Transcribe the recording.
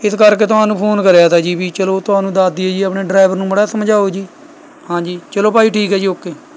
ਇਸ ਕਰਕੇ ਤੁਹਾਨੂੰ ਫ਼ੋਨ ਕਰਿਆ ਤਾ ਜੀ ਵੀ ਚਲੋ ਤੁਹਾਨੂੰ ਦੱਸ ਦੇਈਏ ਜੀ ਆਪਣੇ ਡਰਾਈਵਰ ਨੂੰ ਮਾੜਾ ਜਿਹਾ ਸਮਝਾਓ ਜੀ ਹਾਂਜੀ ਚਲੋ ਭਾਅ ਜੀ ਠੀਕ ਹੈ ਜੀ ਓਕੇ